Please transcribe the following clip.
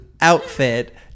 outfit